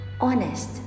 honest